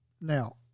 now